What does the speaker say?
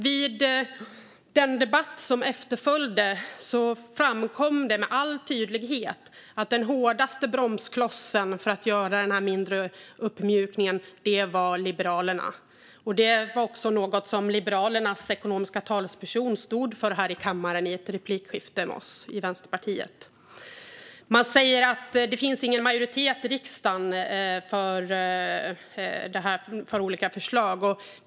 Vid den efterföljande debatten framkom det med all tydlighet att den hårdaste bromsklossen för att göra den mindre uppmjukningen var Liberalerna. Det var också något som Liberalernas talesperson i ekonomiska frågor stod för i kammaren i ett replikskifte med oss i Vänsterpartiet. Man säger att det inte finns någon majoritet i riksdagen för olika förslag.